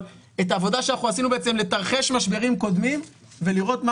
אבל את העבודה שאנחנו עשינו בעצם לתרחש משברים קודמים ולראות מה